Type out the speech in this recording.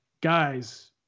guys